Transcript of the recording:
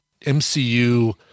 MCU –